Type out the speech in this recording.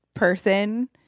person